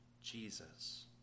Jesus